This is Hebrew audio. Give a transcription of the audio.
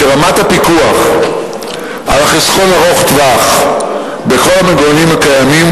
שרמת הפיקוח על החיסכון ארוך הטווח בכל המנגנונים הקיימים